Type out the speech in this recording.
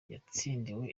yatsindiwe